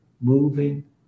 moving